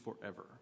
forever